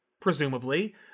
presumably